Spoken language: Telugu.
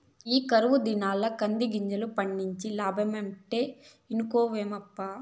ఈ కరువు దినాల్ల కందిగింజలు పండించి లాబ్బడమంటే ఇనుకోవేమప్పా